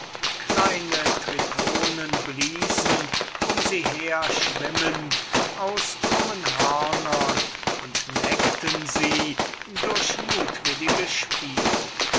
kleine tritonen bliesen um sie her schwimmend aus krummen hörnern und neckten sie durch mutwillige spiele